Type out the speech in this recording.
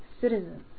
citizens